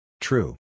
True